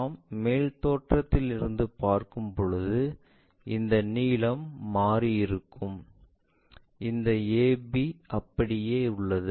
நாம் மேல் தோற்றத்தில் இருந்து பார்க்கும்போது இந்த நீளம் மாறி இருக்கும் இந்த AB அப்படியே உள்ளது